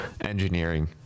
engineering